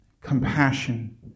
Compassion